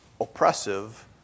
oppressive